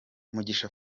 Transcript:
mugisha